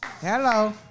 Hello